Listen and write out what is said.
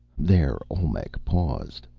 there olmec paused.